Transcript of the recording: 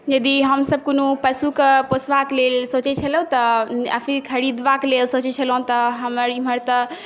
यदि हमसभ कोनो पशुके पोषबाक लेल सोचै छलहुँ तऽ या फेर खरीदबाक लेल सोचै छलहुँ तऽ हमर इम्हर तऽ